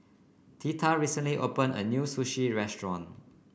Theta recently opened a new Sushi Restaurant